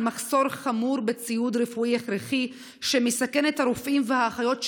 מחסור חמור בציוד רפואי הכרחי שמסכן את הרופאים והאחיות,